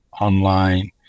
online